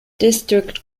district